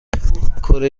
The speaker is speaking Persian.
کره